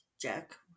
Jack